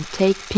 take